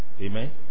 Amen